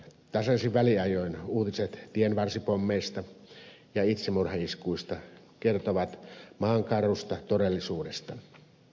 tasaisin väliajoin uutiset tienvarsipommeista ja itsemurhaiskuista kertovat maan karusta todellisuudesta